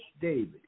David